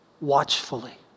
watchfully